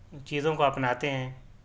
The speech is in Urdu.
چیزوں کو اپناتے ہیں